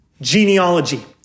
genealogy